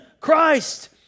Christ